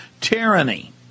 tyranny